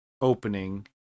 opening